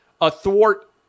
athwart